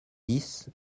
dix